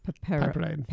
pepper